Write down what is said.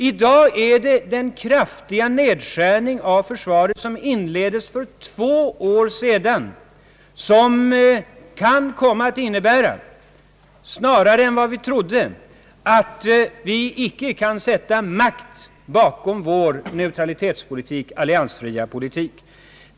I dag är det den kraftiga nedskärningen av försvaret som inleddes för två år sedan som — tidigare än vi trodde — kan komma att innebära, att vi icke kan sätta makt bakom vår neutralitetspolitik och vår alliansfria politik.